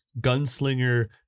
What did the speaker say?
gunslinger